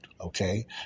Okay